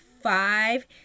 five